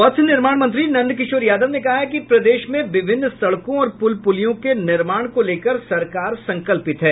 पथ निर्माण मंत्री नंद किशोर यादव ने कहा है कि प्रदेश में विभिन्न सड़कों और पुल पुलियों के निर्माण को लेकर सरकार संकल्पित है